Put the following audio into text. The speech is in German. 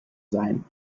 sein